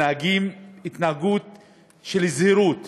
ומתנהגים בזהירות